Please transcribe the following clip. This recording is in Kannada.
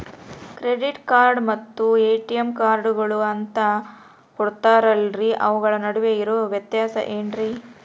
ಕ್ರೆಡಿಟ್ ಕಾರ್ಡ್ ಮತ್ತ ಎ.ಟಿ.ಎಂ ಕಾರ್ಡುಗಳು ಅಂತಾ ಕೊಡುತ್ತಾರಲ್ರಿ ಅವುಗಳ ನಡುವೆ ಇರೋ ವ್ಯತ್ಯಾಸ ಏನ್ರಿ?